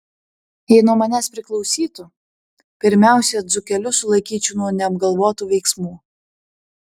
jei nuo manęs priklausytų pirmiausia dzūkelius sulaikyčiau nuo neapgalvotų veiksmų